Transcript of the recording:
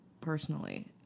personally